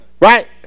right